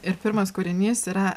ir pirmas kūrinys yra